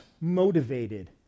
motivated